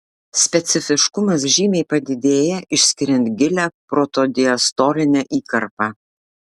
specifiškumas žymiai padidėja išskiriant gilią protodiastolinę įkarpą